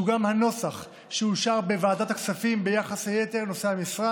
שהוא גם הנוסח שאושר בוועדת הכספים ביחס ליתר נושאי המשרה.